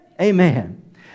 Amen